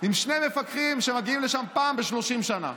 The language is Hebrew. עם שני מפקחים שמגיעים לשם פעם ב-30 שנה.